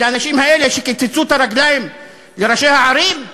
לאנשים האלה שקיצצו את הרגליים לראשי הערים?